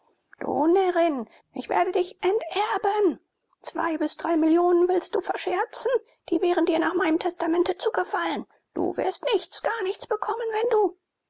ich werde dich enterben zwei bis drei millionen willst du verscherzen die wären dir nach meinem testamente zugefallen du wirst nichts gar nichts bekommen wenn du